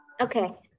Okay